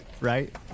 right